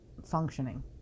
Functioning